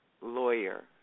lawyer